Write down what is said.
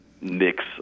mix